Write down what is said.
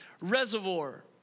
reservoir